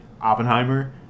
Oppenheimer